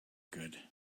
good